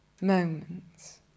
moments